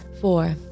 four